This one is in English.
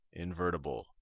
invertible